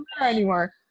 anymore